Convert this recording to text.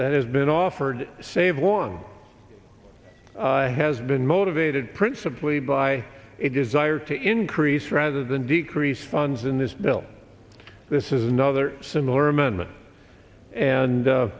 that has been offered save one has been motivated principly by a desire to increase rather than decrease funds in this bill this is another similar amendment and